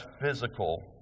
physical